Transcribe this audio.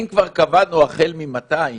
אם כבר קבענו החל מ-200,